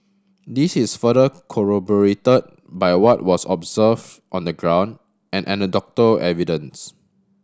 this is further corroborated by what was observed on the ground and anecdotal evidence